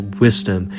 wisdom